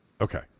Okay